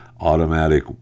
automatic